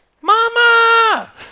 mama